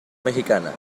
mexicana